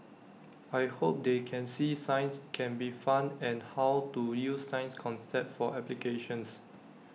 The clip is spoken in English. I hope they can see science can be fun and how to use science concepts for applications